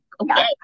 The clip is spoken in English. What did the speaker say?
Okay